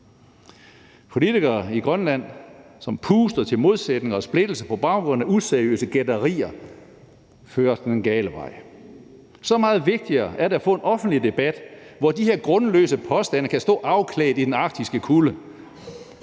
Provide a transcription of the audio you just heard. Politikere i Grønland, som puster til modsætninger og splittelse på baggrund af useriøse gætterier, fører os den gale vej. Så meget desto vigtigere er det at få en offentlig debat, hvor de her grundløse påstande kan stå afklædt i den arktiske kulde.